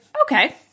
okay